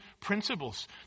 principles